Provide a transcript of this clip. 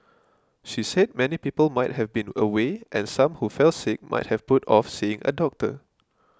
she said many people might have been away and some who fell sick might have put off seeing a doctor